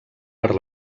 per